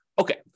Okay